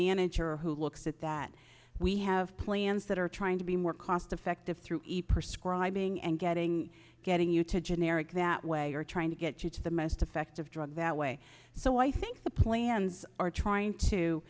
manager who looks at that we have plans that are trying to be more cost effective through being and getting getting you to generic that way or trying to get you to the most effective drug that way so i think the plans are trying